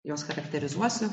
juos charakterizuosiu